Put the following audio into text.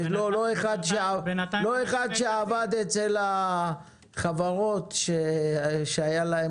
ולא אחד שעבד אצל החברות שהיה להן